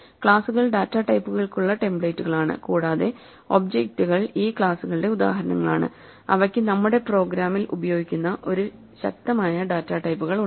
ക്ലാസുകൾ ഡാറ്റാ ടൈപ്പുകൾക്കുള്ള ടെംപ്ലേറ്റുകളാണ് കൂടാതെ ഒബ്ജക്റ്റുകൾ ഈ ക്ലാസുകളുടെ ഉദാഹരണങ്ങളാണ് അവക്ക് നമ്മുടെ പ്രോഗ്രാമിൽ ഉപയോഗിക്കുന്ന ഒരു ശക്തമായ ഡാറ്റ ടൈപ്പുകളുണ്ട്